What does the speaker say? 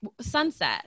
sunset